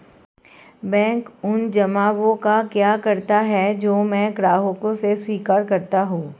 Bank उन जमाव का क्या करता है जो मैं ग्राहकों से स्वीकार करता हूँ?